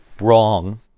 wrong